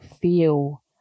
feel